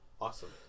awesome